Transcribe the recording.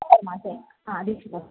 मास्तु हा अधिकम्